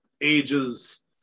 ages